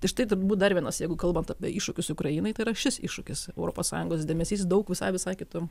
tai štai turbūt dar vienas jeigu kalbant apie iššūkius ukrainai tai yra šis iššūkis europos sąjungos dėmesys daug visai visai kitom